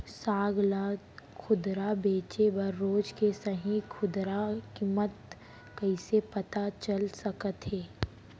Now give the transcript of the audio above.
साग ला खुदरा बेचे बर रोज के सही खुदरा किम्मत कइसे पता चल सकत हे?